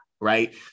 right